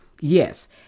Yes